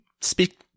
speak